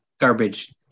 garbage